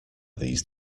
these